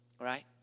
Right